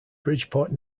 bridgeport